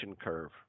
curve